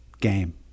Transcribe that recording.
Game